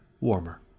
warmer